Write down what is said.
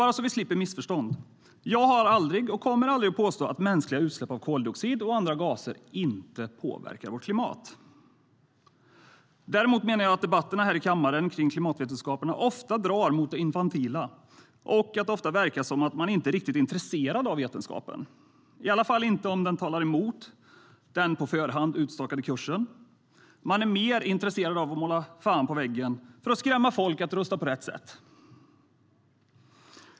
Bara så att vi slipper missförstånd: Jag har aldrig påstått, och kommer aldrig att påstå, att mänskliga utsläpp av koldioxid och andra gaser inte påverkar vårt klimat. Däremot menar jag att debatterna här i kammaren om klimatvetenskapen ofta drar mot det infantila och att det ofta verkar som om man inte riktigt är intresserad av vetenskapen, i alla fall inte om den talar emot den på förhand utstakade kursen. Man är mer intresserad av att måla fan på väggen för att skrämma folk att rösta på rätt sätt.